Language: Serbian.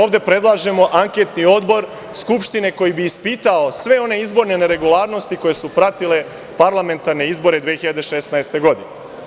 Ovde predlažemo anketni odbor Skupštine koji bi ispitao sve one izborne neregularnosti koje su pratile parlamentarne izbore 2016. godine.